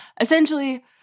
essentially